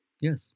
Yes